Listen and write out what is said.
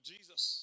Jesus